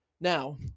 Now